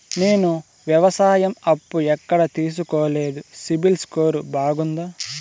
నేను వ్యవసాయం అప్పు ఎక్కడ తీసుకోలేదు, సిబిల్ స్కోరు బాగుందా?